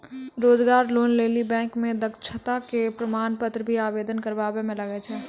रोजगार लोन लेली बैंक मे दक्षता के प्रमाण पत्र भी आवेदन करबाबै मे लागै छै?